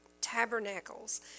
Tabernacles